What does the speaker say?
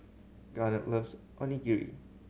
Garnet loves Onigiri